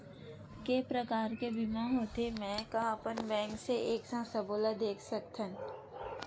के प्रकार के बीमा होथे मै का अपन बैंक से एक साथ सबो ला देख सकथन?